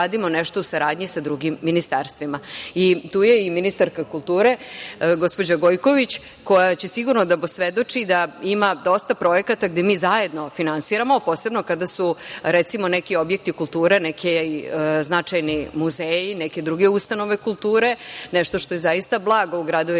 nešto u saradnji sa drugim ministarstvima. Tu je i ministarka kulture, gospođa Gojković, koja će sigurno da posvedoči da ima dosta projekata gde mi zajedno finansiramo, posebno kada su recimo neki objekti kulture, neki značajni muzeji, neke druge ustanove kulture, nešto što je zaista blago u gradovima